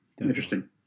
Interesting